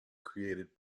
created